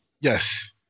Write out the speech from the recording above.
Yes